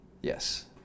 Yes